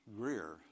Greer